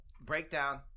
breakdown